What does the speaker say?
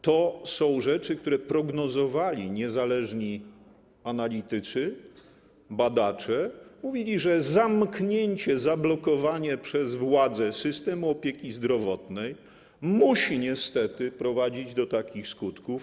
To są rzeczy, które prognozowali niezależni analitycy, badacze, mówili, że zamknięcie, zablokowanie przez władzę systemu opieki zdrowotnej musi niestety prowadzić do takich skutków.